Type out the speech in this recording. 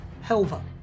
Helva